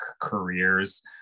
careers